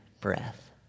breath